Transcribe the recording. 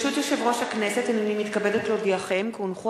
14 בעד, אין מתנגדים, אין נמנעים.